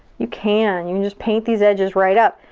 you can. you can just paint these edges right up.